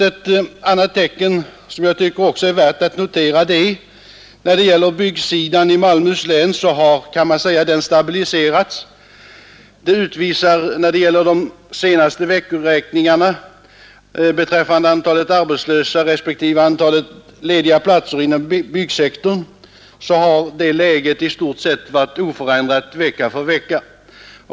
Ett annat tecken som jag tycker är värt att notera är att man kan säga att arbetssituationen på byggsidan i Malmöhus län har stabiliserats. Sålunda utvisar de senaste veckoräkningarna beträffande antalet arbetslösa respektive antalet lediga platser inom byggsektorn att läget i stort sett varit oförändrat vecka för vecka.